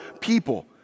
people